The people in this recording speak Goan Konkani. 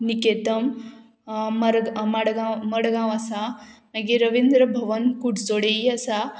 निकेतम मर मडगांव मडगांव आसा मागीर रविंद्र भवन कुटचोडेय आसा